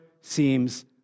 seems